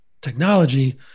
technology